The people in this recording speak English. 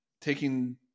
taking